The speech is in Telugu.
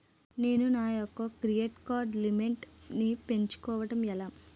నేను నా యెక్క క్రెడిట్ కార్డ్ లిమిట్ నీ పెంచుకోవడం ఎలా?